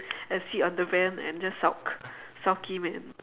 and sit on the van and just sulk sulky man